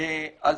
אז